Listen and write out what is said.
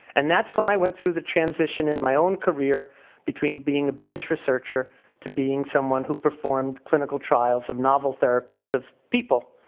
and that's when i went through the transition in my own career between being a bench researcher to being someone who performed clinical trials of novel therapies of people.